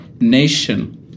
nation